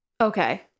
okay